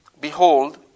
Behold